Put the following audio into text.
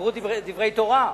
דיברו דברי תורה?